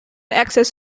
excess